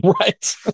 Right